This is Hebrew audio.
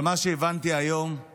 אבל מה שהבנתי היום הוא